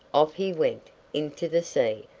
off he went into the sea,